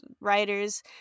writers